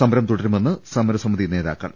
സമരം തുടരുമെന്ന് സമര സമിതി നേതാക്കൾ